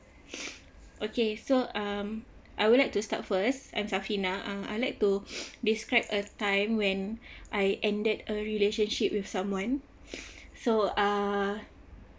okay so um I would like to start first I'm safina uh I like to describe a time when I ended a relationship with someone so uh